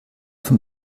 von